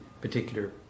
particular